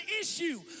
issue